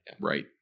Right